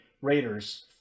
Raiders